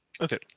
Okay